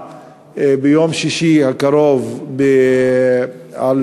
ביום שישי הקרוב הוא ייתן הרצאה על